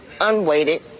unweighted